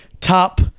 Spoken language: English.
top